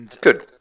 Good